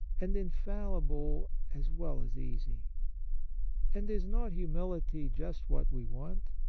and infal lible as well as easy and is not humility just what we want,